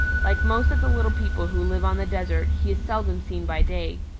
like most of the little people who live on the desert, he is seldom seen by day.